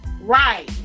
Right